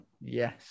Yes